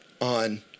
on